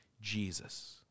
Jesus